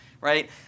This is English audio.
right